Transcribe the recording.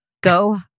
Go